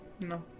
No